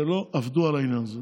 שלא עבדו על העניין הזה.